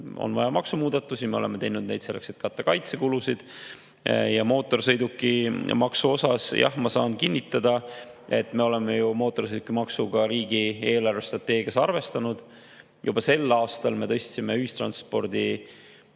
on vaja maksumuudatusi, me oleme teinud neid selleks, et katta kaitsekulusid. Mootorsõidukimaksu kohta saan kinnitada, et me oleme ju mootorsõidukimaksuga riigi eelarvestrateegias arvestanud. Juba sel aastal me tõstsime ühistranspordikulusid